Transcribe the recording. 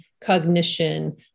cognition